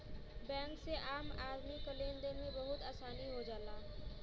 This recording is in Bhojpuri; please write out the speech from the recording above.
बैंक से आम आदमी क लेन देन में बहुत आसानी हो जाला